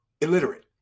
illiterate